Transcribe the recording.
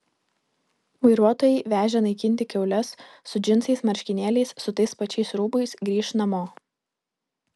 vairuotojai vežę naikinti kiaules su džinsais marškinėliais su tais pačiais rūbais grįš namo